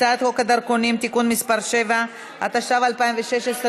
הצעת חוק הדרכונים (תיקון מס' 7), התשע"ו 2016,